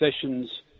sessions